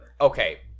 Okay